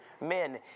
men